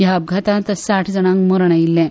ह्या अपघातांत साठ जाणांक मरण आयिल्लें